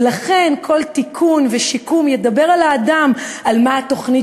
ולכן כל תיקון ושיקום ידבר על האדם: מה תוכנית